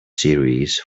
series